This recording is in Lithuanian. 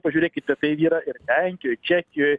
pažiūrėkite tai yra ir lenkijoj čekijoj